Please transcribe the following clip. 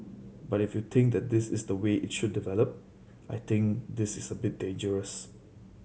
but if you think that this is the way it should develop I think this is a bit dangerous